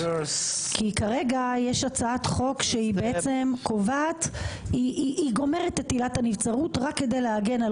כי כרגע יש הצעת חוק שהיא גומרת את עילת הנבצרות רק כדי להגן על